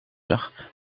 zag